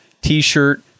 t-shirt